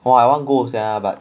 !wah! I want go sia but